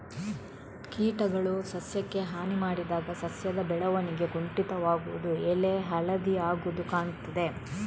ಕೀಟಗಳು ಸಸ್ಯಕ್ಕೆ ಹಾನಿ ಮಾಡಿದಾಗ ಸಸ್ಯದ ಬೆಳವಣಿಗೆ ಕುಂಠಿತವಾಗುದು, ಎಲೆ ಹಳದಿ ಆಗುದು ಕಾಣ್ತದೆ